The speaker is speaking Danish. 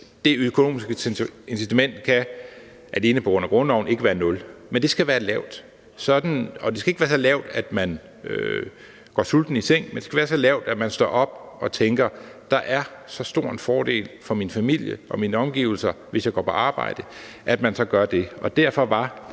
på grund af grundloven ikke være 0 kr., men det skal være lavt, og det skal ikke være så lavt, at man går sulten i seng, men det skal være så lavt, at man står op og tænker: Der er så stor en fordel for min familie og mine omgivelser, hvis jeg går på arbejde, at man så gør det.